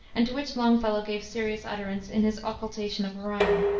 and to which longfellow gave serious utterance in his occultation of orion.